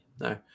no